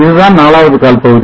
இதுதான் நாலாவது கால்பகுதி